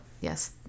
yes